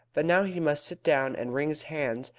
but now he must sit down, and wring his hands,